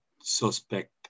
suspect